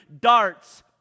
darts